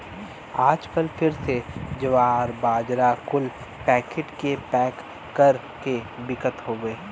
आजकल फिर से जवार, बाजरा कुल पैकिट मे पैक कर के बिकत हउए